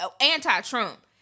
anti-Trump